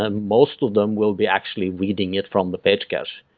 ah most of them will be actually reading it from the page cache,